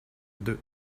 deux